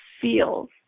feels